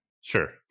Sure